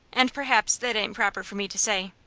and perhaps that ain't proper for me to say.